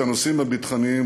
את הנושאים הביטחוניים,